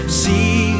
see